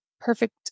perfect